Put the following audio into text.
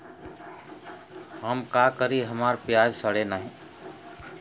हम का करी हमार प्याज सड़ें नाही?